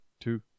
two